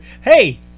Hey